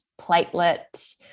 platelet